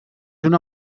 una